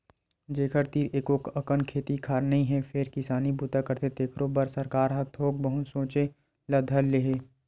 जेखर तीर एको अकन खेत खार नइ हे फेर किसानी बूता करथे तेखरो बर सरकार ह थोक बहुत सोचे ल धर ले हे